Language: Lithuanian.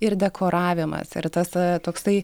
ir dekoravimas ir tas a toksai